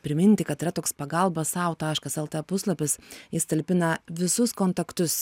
priminti kad yra toks pagalba sau taškas el tė puslapis jis talpina visus kontaktus